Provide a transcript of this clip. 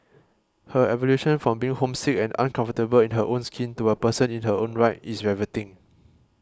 her evolution from being homesick and uncomfortable in her own skin to a person in her own right is riveting